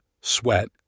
Sweat